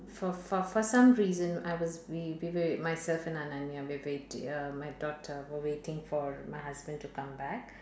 for for for some reason I was wi~ wi~ with myself and ananya wi~ with uh my daughter we're waiting for my husband to come back